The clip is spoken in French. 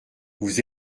vous